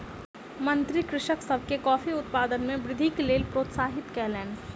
मंत्री कृषक सभ के कॉफ़ी उत्पादन मे वृद्धिक लेल प्रोत्साहित कयलैन